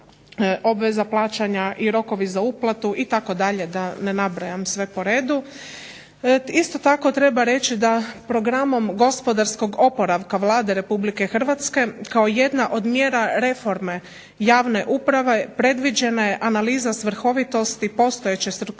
obveza plaćanja i rokovi za uplatu itd., da ne nabrajam sve po redu. Isto tako treba reći da programom gospodarskog oporavka Vlade RH kao jedna od mjera reforme javne uprave predviđena je analiza svrhovitosti postojeće strukture